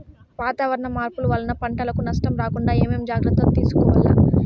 వాతావరణ మార్పులు వలన పంటలకు నష్టం రాకుండా ఏమేం జాగ్రత్తలు తీసుకోవల్ల?